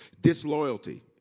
Disloyalty